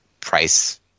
price